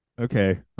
okay